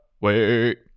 Wait